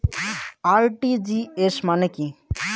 RTGS মানে কি?